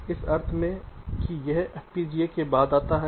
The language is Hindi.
इस अर्थ में कि यह FPGA केबाद आता है